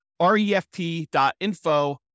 refp.info